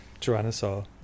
Tyrannosaur